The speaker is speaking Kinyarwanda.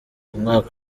umwaka